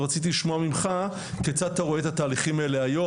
ורציתי לשמוע ממך כיצד אתה רואה את התהליכים האלה היום.